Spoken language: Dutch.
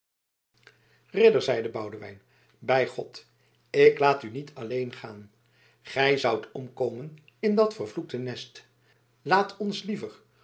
ridder zeide boudewijn bij god ik laat u niet alleen gaan gij zoudt omkomen in dat vervloekte nest laat ons liever